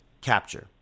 Capture